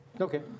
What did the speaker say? Okay